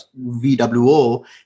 VWO